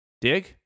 Dig